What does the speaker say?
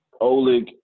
Oleg